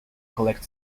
collect